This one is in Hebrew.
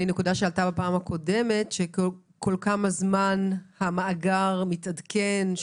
לנקודה שעלתה בפעם הקודמת כל כמה זמן המאגר מתעדכן,